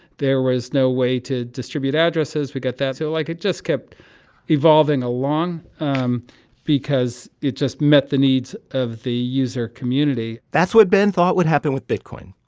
there was no way to distribute addresses. we got that. so, like, it just kept evolving along um because it just met the needs of the user community that's what ben thought would happen with bitcoin.